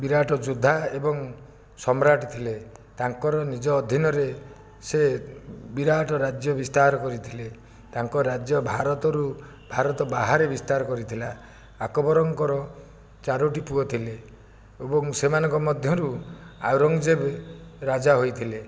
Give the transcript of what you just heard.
ବିରାଟ ଯୋଦ୍ଧା ଏବଂ ସମ୍ରାଟ ଥିଲେ ତାଙ୍କର ନିଜ ଅଧୀନରେ ସେ ବିରାଟ ରାଜ୍ୟ ବିସ୍ତାର କରିଥିଲେ ତାଙ୍କ ରାଜ୍ୟ ଭାରତରୁ ଭାରତ ବାହାରେ ବିସ୍ତାର କରିଥିଲା ଆକବରଙ୍କ ଚାରୋଟି ପୁଅ ଥିଲେ ଏବଂ ସେମାନଙ୍କ ମଧ୍ୟରୁ ଔରଙ୍ଗଜେବ ରାଜା ହୋଇଥିଲେ